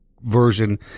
version